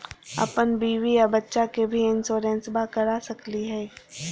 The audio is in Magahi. अपन बीबी आ बच्चा के भी इंसोरेंसबा करा सकली हय?